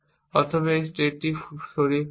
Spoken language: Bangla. অথবা এই স্টেটটি সরিয়ে ফেলুন